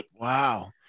Wow